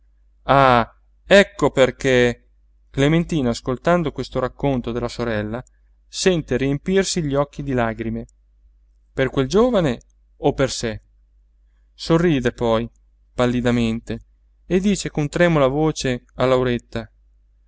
ah ecco perché clementina ascoltando questo racconto della sorella sente riempirsi gli occhi di lagrime per quel giovine o per sé sorride poi pallidamente e dice con tremula voce a lauretta